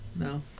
No